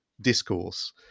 discourse